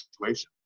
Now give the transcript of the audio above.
situation